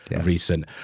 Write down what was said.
recent